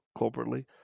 corporately